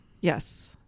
Yes